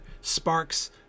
sparks